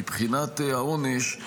מבחינת העונש,